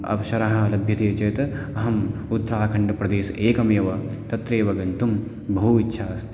अवसरः लभ्यते चेत् अहम् उत्तराखण्डप्रदेशम् एकमेव तत्रैव गन्तुं बहु इच्छा अस्ति